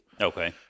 Okay